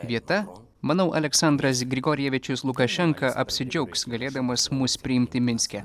vieta manau aleksandras grigorjevičius lukašenka apsidžiaugs galėdamas mus priimti minske